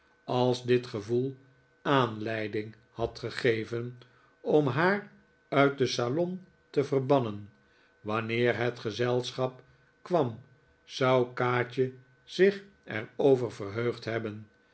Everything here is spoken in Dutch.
als dit gevoel aanleiding had gegeven om haar uit den salon te verbannen wanneer het gezelschap kwam zou kaatje zich er over verheugd hebben